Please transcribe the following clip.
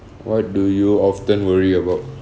what do you often worry about